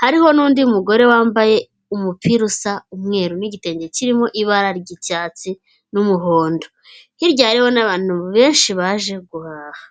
hariho n'undi mugore wambaye umupira usa umweru n'igitenge kirimo ibara ry'icyatsi n'umuhondo, hirya hariyo n'abantu benshi baje guhaha.